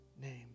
name